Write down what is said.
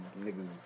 niggas